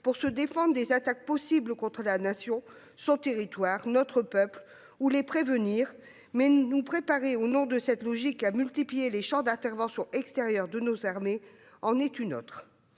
pour nous défendre des attaques possibles contre la Nation, son territoire, notre peuple, ou les prévenir. Mais nous préparer au nom de cette logique à multiplier les champs d'intervention extérieure de nos armées en est une autre.